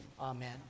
Amen